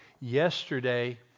Yesterday